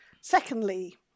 Secondly